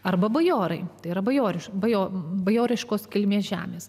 arba bajorai ir bajoriškų bajorų bajoriškos kilmės žemės